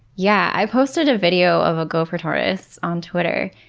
yeah. i posted a video of a gopher tortoise on twitter.